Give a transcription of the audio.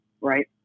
right